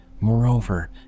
moreover